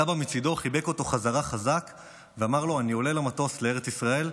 סבא מצידו חיבק אותו חזק בחזרה ואמר לו: אני עולה למטוס לארץ ישראל,